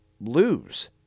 lose